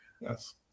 Yes